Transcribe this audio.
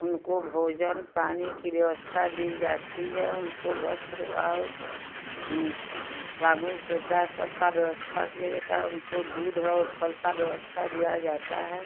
उनको भोजन पानी की व्यवस्था दी जाती है उनको वस्त्र और साबुन स्वेटर सबका व्यवस्था किया जाता है उनको दूध और फल का व्यवस्था दिया जाता है